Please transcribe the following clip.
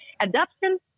Adoption